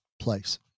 place